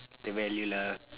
the value lah